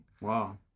Wow